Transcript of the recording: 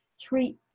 treat